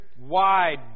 wide